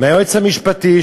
מהיועץ המשפטי,